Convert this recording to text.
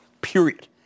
period